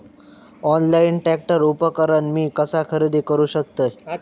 Online tractor उपकरण मी कसा खरेदी करू शकतय?